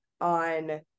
on